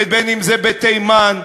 ואם בתימן,